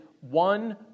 one